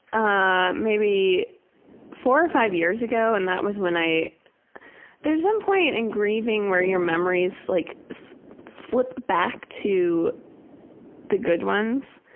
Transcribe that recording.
ah maybe four or five years ago. and that was when i there's some point in grieving where your memories like so flip back to the good ones.